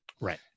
right